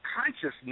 consciousness